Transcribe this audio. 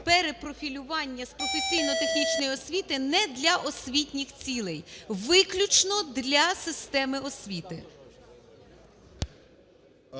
перепрофілювання з професійно-технічної освіти не для освітніх цілей – виключно для системи освіти.